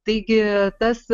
taigi tas